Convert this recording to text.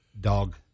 dog